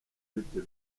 b’ibyo